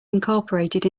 incorporated